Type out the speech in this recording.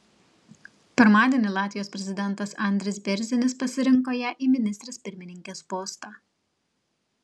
pirmadienį latvijos prezidentas andris bėrzinis pasirinkto ją į ministrės pirmininkės postą